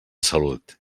salut